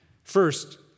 First